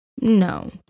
No